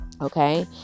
Okay